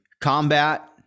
combat